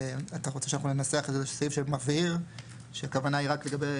אתה רוצה שאנחנו ננסח איזה שהוא סעיף שמבהיר שהכוונה היא רק לגבי,